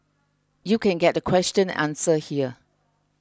you can get the question answer here